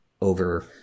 over